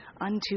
unto